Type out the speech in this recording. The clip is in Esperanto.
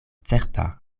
certa